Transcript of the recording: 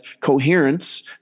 coherence